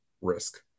risk